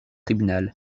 tribunal